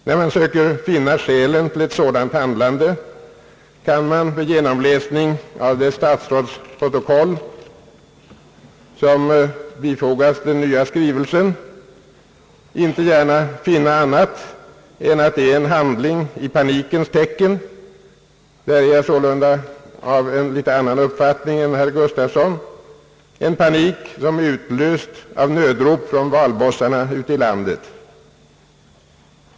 När jag söker finna skälen för ett sådant handlande, kan jag vid genomläsning av det statsrådsprotokoll, som bifogats den nya skrivelsen, inte gärna finna annat än att det är en handling i panikens tecken — jag har således i detta avseende en annan uppfattning än herr Gustafsson — en panik som utlösts av nödrop från valbossarna ute i landet.